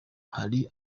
hari